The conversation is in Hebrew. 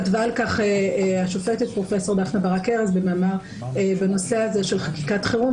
כתבה על-כך השופטת פרופ' דפנה ברק-ארז במאמר בנושא הזה של חקיקת חירום